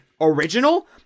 original